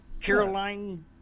Caroline